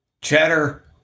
Cheddar